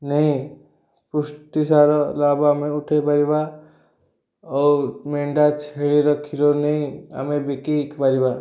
ନେଇ ପୃଷ୍ଟିସାର ଲାଭ ଆମେ ଉଠେଇ ପାରିବା ଆଉ ମେଣ୍ଢା ଛେଳିର କ୍ଷୀର ନେଇ ଆମେ ବିକିି ପାରିବା